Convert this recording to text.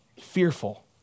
fearful